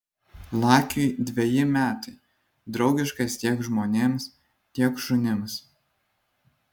lakiui dveji metai draugiškas tiek žmonėms tiek šunims